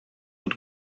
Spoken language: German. mit